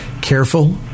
careful